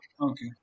okay